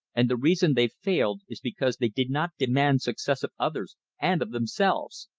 and the reason they've failed is because they did not demand success of others and of themselves.